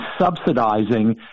subsidizing